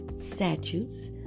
statutes